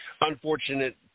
unfortunate